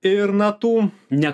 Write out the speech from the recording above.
ir na tų ne